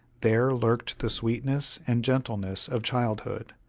there lurked the sweetness and gentleness of childhood,